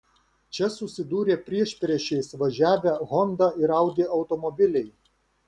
čia susidūrė priešpriešiais važiavę honda ir audi automobiliai